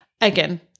Again